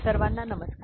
सर्वांना नमस्कार